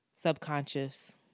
subconscious